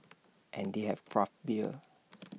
and they have craft beer